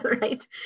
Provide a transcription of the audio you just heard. Right